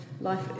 life